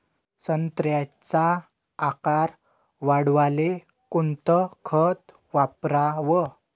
संत्र्याचा आकार वाढवाले कोणतं खत वापराव?